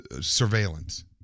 surveillance